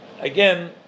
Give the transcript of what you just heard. again